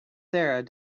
sarah